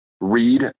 read